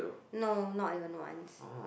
no not even once